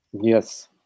Yes